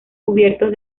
cubiertos